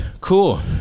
Cool